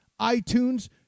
iTunes